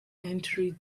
entry